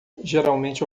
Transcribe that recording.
geralmente